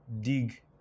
dig